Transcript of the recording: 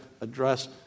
address